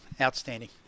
Outstanding